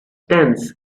tense